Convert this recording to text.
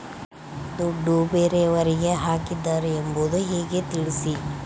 ದುಡ್ಡು ಬೇರೆಯವರಿಗೆ ಹಾಕಿದ್ದಾರೆ ಎಂಬುದು ಹೇಗೆ ತಿಳಿಸಿ?